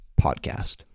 podcast